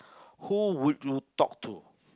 who would you talk to